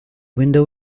window